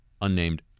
unnamed